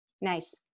Nice